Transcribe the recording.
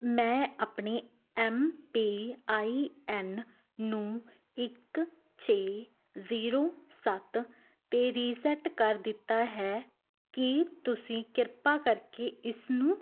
ਮੈਂ ਆਪਣੇ M P I N ਨੂੰ ਇੱਕ ਛੇ ਜ਼ੀਰੋ ਸੱਤ 'ਤੇ ਰੀਸੈੱਟ ਕਰ ਦਿੱਤਾ ਹੈ ਕੀ ਤੁਸੀਂ ਕਿਰਪਾ ਕਰ ਕੇ ਇਸਨੂੰ